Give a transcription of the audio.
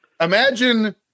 Imagine